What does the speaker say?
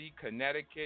Connecticut